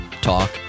talk